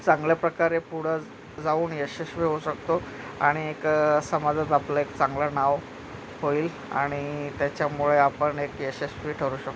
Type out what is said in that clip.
चांगल्या प्रकारे पुढं जाऊन यशस्वी होऊ शकतो आणि एक समाजात आपलं एक चांगला नाव होईल आणि त्याच्यामुळे आपण एक यशस्वी ठरू शकतो